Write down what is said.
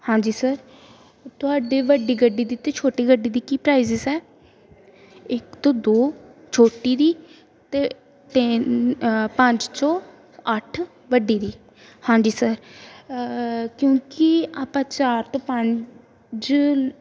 ਹਾਂਜੀ ਸਰ ਤੁਹਾਡੇ ਵੱਡੀ ਗੱਡੀ ਦੀ ਅਤੇ ਛੋਟੀ ਗੱਡੀ ਦੀ ਕੀ ਪ੍ਰਾਈਜਿਸ ਹੈ ਇੱਕ ਤੋਂ ਦੋ ਛੋਟੀ ਦੀ ਅਤੇ ਪੰਜ ਚੋਂ ਅੱਠ ਵੱਡੀ ਦੀ ਹਾਂਜੀ ਸਰ ਕਿਉਂਕਿ ਆਪਾਂ ਚਾਰ ਤੋਂ ਪੰਜ